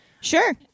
sure